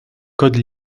codes